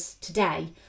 today